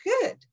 good